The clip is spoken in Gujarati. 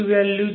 વેલ્યુ છે